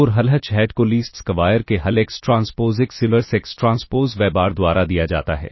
और हल H hat को लीस्ट स्क्वायर के हल X transpose X inverse X transpose Y bar द्वारा दिया जाता है